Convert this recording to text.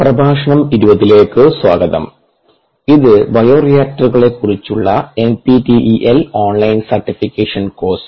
പ്രഭാഷണം 20ലേക്ക് സ്വാഗതം ഇത് ബയോ റിയാക്ടറുകളെക്കുറിച്ചുള്ള എൻപിടിഇഎൽ ഓൺലൈൻ സർട്ടിഫിക്കേഷൻ കോഴ്സ്